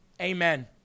Amen